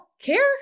care